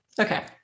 okay